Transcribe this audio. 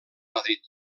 madrid